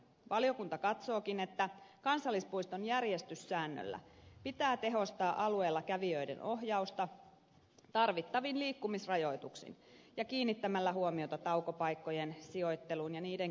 valiokunta katsookin että kansallispuiston järjestyssäännöllä pitää tehostaa alueella kävijöiden ohjausta tarvittavin liikkumisrajoituksin ja kiinnittämällä huomiota taukopaikkojen sijoitteluun ja niiden käytön opastukseen